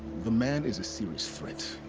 the man is a serious threat.